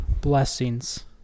blessings